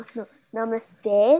Namaste